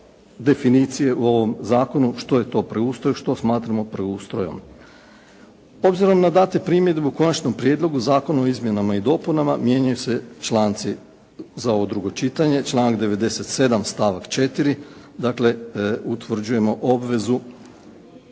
o ovom zakonu što je to preustroj, što smatramo preustrojem. Obzirom na datu primjedbu Konačnom prijedlogu zakona o izmjenama i dopunama mijenjaju se članci za ovo drugo čitanje. Članak 97. stavak 4., dakle utvrđujemo obvezu